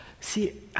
See